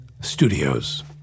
Studios